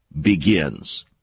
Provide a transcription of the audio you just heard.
begins